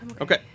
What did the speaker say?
Okay